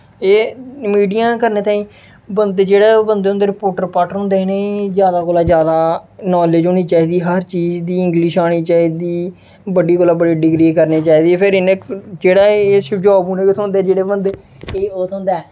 एह मीडिया करने ताहीं बंदे जेह्ड़े बंदे होंदे न रिपोर्टर रपार्टर होंदे इ'नें ई जादा कोला जादा नॉलेज़ होनी चाहिदी हर चीज दी इंग्लिश औनी चाहिदी बड्डी कोला बड्डी डिग्री करनी चाहिदी फिर इ'नें जेह्ड़े एह् जॉब उ'नें गी गै थ्होंदे जेह्ड़े बंदे ओह् थ्होंदा ऐ